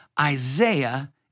Isaiah